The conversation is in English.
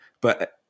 But-